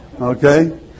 okay